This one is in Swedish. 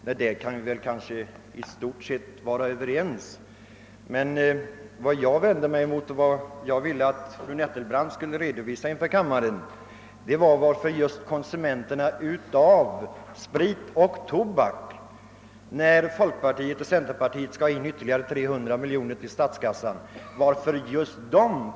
Där kan vi kanske i stort sett vara överens, men vad jag åsyftade var att fru Nettelbrandt inför kammaren skulle redovisa, varför just konsumenterna av sprit och tobak har den större skattekraften jämfört med andra grupper, när folkpartiet och centerpartiet vill ha in ytterligare 300 miljoner till statskassan.